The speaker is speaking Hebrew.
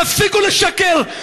תפסיקו לשקר.